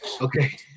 Okay